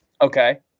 Okay